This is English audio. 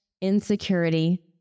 insecurity